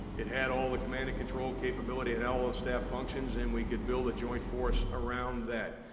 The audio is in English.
it had all the command and control capability and all those staff functions and we could build a joint force around that.